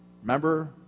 Remember